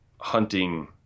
hunting